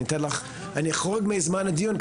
אני אחרוג מזמן הדיון,